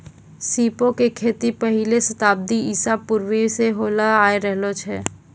सीपो के खेती पहिले शताब्दी ईसा पूर्वो से होलो आय रहलो छै